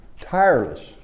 tireless